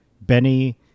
Benny